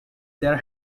there